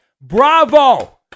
bravo